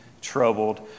troubled